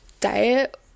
diet